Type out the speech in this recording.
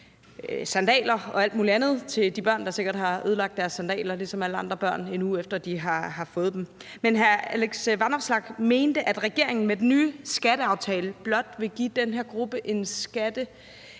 sandaler og alt muligt andet til børnene, der sikkert ligesom alle andre børn har ødelagt deres sandaler, en uge efter at de har fået dem. Men hr. Alex Vanopslagh mente, at regeringen med den nye skatteaftale blot vil give den her gruppe en